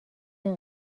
این